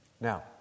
Now